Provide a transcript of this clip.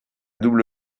double